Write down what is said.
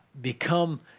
become